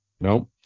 No